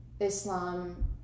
Islam